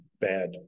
bad